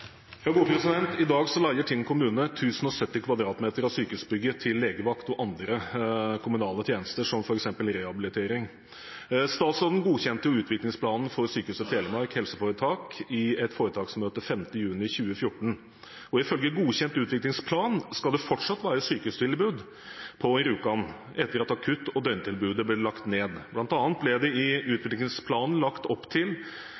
I dag leier Tinn kommune 1 070 m2 av sykehusbygget til legevakt og andre kommunale tjenester, som f.eks. rehabilitering. Statsråden godkjente utviklingsplanen for Sykehuset Telemark HF i et foretaksmøte 5. juni 2014. Ifølge godkjent utviklingsplan skal det fortsatt være sykehustilbud på Rjukan etter at akutt- og døgntilbudet ble lagt ned. Blant annet ble det i utviklingsplanen lagt opp til